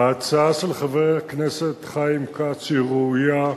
ההצעה של חבר הכנסת חיים כץ ראויה,